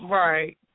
right